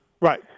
Right